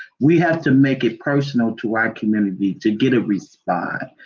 we have to make it personal to our community to get a response.